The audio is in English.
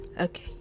okay